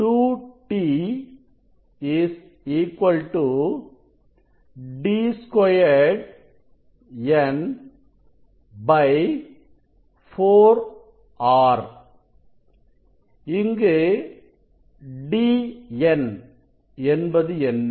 2t D2n 4R இங்குDn என்பது என்ன